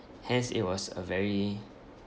hence it was a very